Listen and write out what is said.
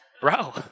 bro